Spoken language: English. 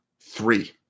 three